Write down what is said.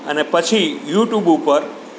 અને પછી યુટ્યુબ ઉપર